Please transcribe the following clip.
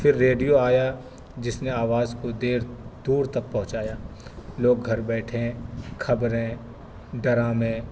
پھر ریڈیو آیا جس نے آواز کو دیر دور تک پہنچایا لوگ گھر بیٹھیں خبریں ڈرامیں